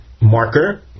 marker